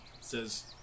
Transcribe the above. says